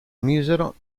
misero